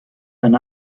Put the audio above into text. eine